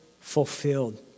fulfilled